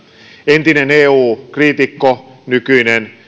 entinen eu kriitikko nykyinen